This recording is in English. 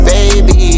Baby